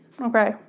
Okay